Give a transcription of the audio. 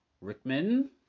Rickman